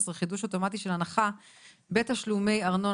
16)(חידוש אוטומטי של הנחה בתשלומי ארנונה),